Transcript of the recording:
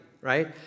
right